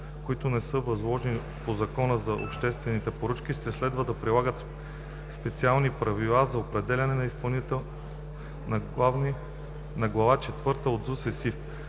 които не са възложители по Закона за обществените поръчки, ще следва да прилагат специалните правила за определяне на изпълнител на глава четвърта от